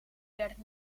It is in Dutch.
werkt